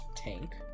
Tank